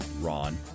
Ron